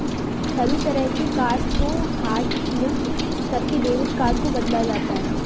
सभी तरह के कार्ड्स को हाटलिस्ट करके डेबिट कार्ड को बदला जाता है